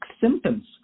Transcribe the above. symptoms